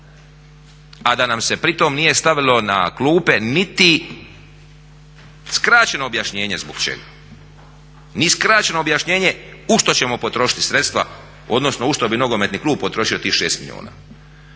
a da nam se pritom nije stavilo na klupe niti skraćeno objašnjenje zbog čega, ni skraćeno objašnjenje u što ćemo potrošiti sredstva odnosno u što bi nogometni klub potrošio tih 6 milijuna.